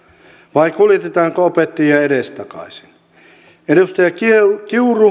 vai kuljetetaanko opettajia edestakaisin edustaja kiuru